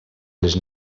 les